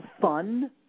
fun